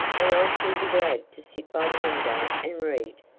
and i shall be glad to sit by the window and read,